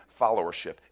followership